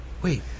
Wait